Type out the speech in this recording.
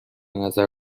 نظر